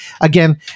Again